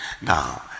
Now